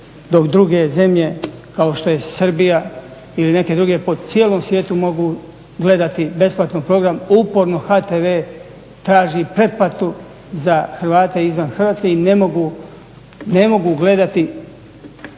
dok druge zemlje kao što je Srbija ili neke druge po cijelom svijetu mogu gledati besplatno program. Uporno HTV traži pretplatu za Hrvate izvan Hrvatske i ne mogu gledati